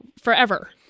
forever